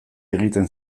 egiten